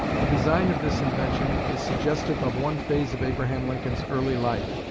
the design of this invention is suggestive of one phase of abraham lincoln's early life,